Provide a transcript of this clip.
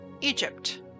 Egypt